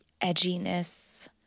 edginess